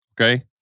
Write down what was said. Okay